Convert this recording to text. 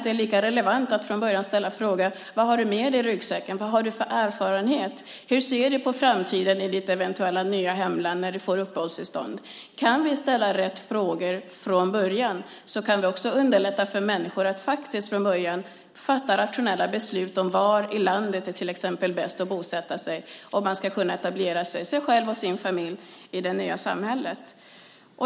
Det är lika relevant att från början ställa frågan: Vad har du med dig i ryggsäcken? Vad har du för erfarenhet? Hur ser du på framtiden i ditt eventuella nya hemland när du får uppehållstillstånd? Kan vi ställa rätt frågor från början kan det underlätta för människor att från början fatta rationella beslut om var i landet till exempel det är bäst att bosätta sig för att man ska kunna etablera sig själv och sin familj i det nya samhället.